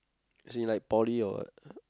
as in like poly or what